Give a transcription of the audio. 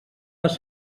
les